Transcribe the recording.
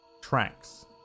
tracks